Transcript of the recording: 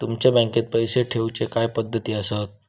तुमच्या बँकेत पैसे ठेऊचे काय पद्धती आसत?